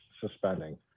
suspending